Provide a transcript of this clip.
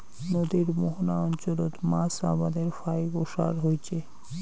নদীর মোহনা অঞ্চলত মাছ আবাদের ফাইক ওসার হইচে